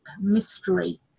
mystery